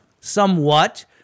somewhat